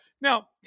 Now